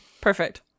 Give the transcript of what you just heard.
Perfect